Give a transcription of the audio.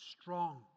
strong